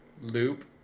loop